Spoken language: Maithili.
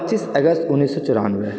पच्चीस अगस्त उन्नैस सए चौरानबे